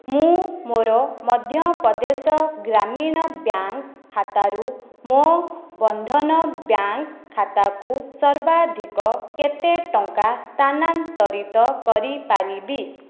ମୁଁ ମୋ'ର ମଧ୍ୟପ୍ରଦେଶ ଗ୍ରାମୀଣ ବ୍ୟାଙ୍କ୍ ଖାତାରୁ ମୋ' ବନ୍ଧନ ବ୍ୟାଙ୍କ୍ ଖାତାକୁ ସର୍ବାଧିକ କେତେ ଟଙ୍କା ସ୍ଥାନାନ୍ତରିତ କରିପାରିବି